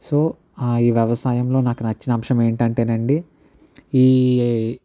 so ఆ ఈ వ్యవసాయంలో నాకు నచ్చిన అంశం ఏంటి అంటేనండి ఈ